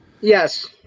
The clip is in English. Yes